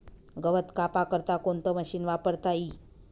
गवत कापा करता कोणतं मशीन वापरता ई?